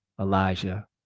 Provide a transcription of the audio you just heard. Elijah